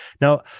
Now